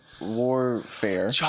Warfare